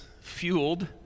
fueled